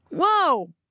Whoa